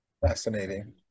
Fascinating